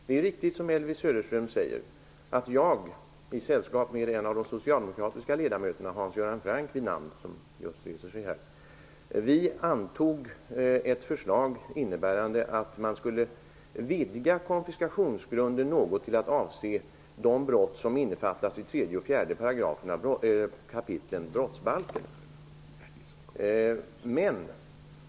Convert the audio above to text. Det är riktigt, som Elvy Söderström säger, att jag i sällskap med en av de socialdemokratiska ledamöterna -- Hans Göran Franck vid namn -- antog ett förslag innebärande att man skulle vidga konfiskationsgrunden något till att avse de brott som innefattas i tredje och fjärde kapitlen brottsbalken.